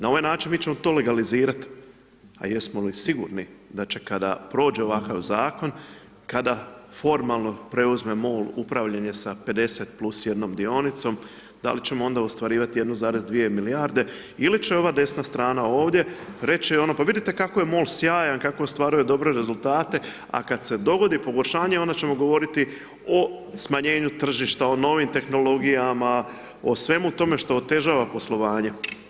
Na ovaj način mi ćemo to legalizirat, a jesmo li sigurni da će kada prođe ovakav zakon, kada formalno preuzme MOL upravljanje sa 50+1 dionicom, da li ćemo onda ostvarivati 1,2 milijarde ili će ova desna strana ovdje reći ono, pa vidite kako je MOL sjajan, kako ostvaruje dobre rezultate, a kad se dogodi pogoršanje, onda ćemo govoriti o smanjenju tržišta, o novim tehnologijama, o svemu tome što otežava poslovanje.